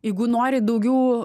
jeigu nori daugiau